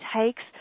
takes